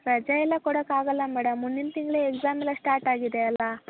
ರಜೆಯೆಲ್ಲ ಕೊಡೋಕ್ಕಾಗಲ್ಲ ಮೇಡಮ್ ಮುಂದಿನ ತಿಂಗಳೆ ಎಕ್ಸಾಮೆಲ್ಲ ಸ್ಟಾರ್ಟಾಗಿದೆ ಅಲ್ವಾ